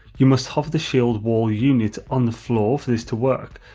you must hover the shield wall unit on the floor for this to work,